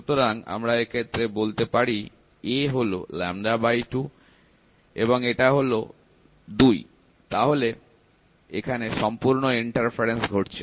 সুতরাং আমরা এক্ষেত্রে বলতে পারি a হল λ2 এবং এটা হল 2 তাহলে এখানে সম্পূর্ণ প্রতিবন্ধক ঘটছে